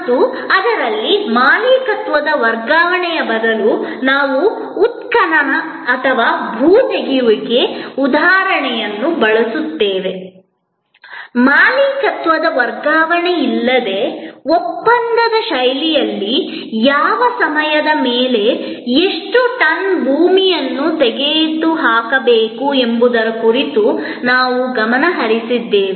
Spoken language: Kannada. ಮತ್ತು ಅದರಲ್ಲಿ ಮಾಲೀಕತ್ವದ ವರ್ಗಾವಣೆಯ ಬದಲು ನಾವು ಉತ್ಖನನ ಅಥವಾ ಭೂ ತೆಗೆಯುವಿಕೆಯ ಉದಾಹರಣೆಯನ್ನು ಬಳಸುತ್ತೇವೆ ಮಾಲೀಕತ್ವದ ವರ್ಗಾವಣೆಯಿಲ್ಲದೆ ಒಪ್ಪಂದದ ಶೈಲಿಯಲ್ಲಿ ಯಾವ ಸಮಯದ ಮೇಲೆ ಎಷ್ಟು ಎಷ್ಟು ಟನ್ ಭೂಮಿಯನ್ನು ತೆಗೆದುಹಾಕಬೇಕು ಎಂಬುದರ ಕುರಿತು ನಾವು ಗಮನಹರಿಸಿದ್ದೇವೆ